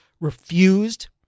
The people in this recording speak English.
refused